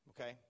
okay